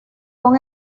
con